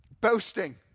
boasting